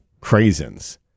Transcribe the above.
craisins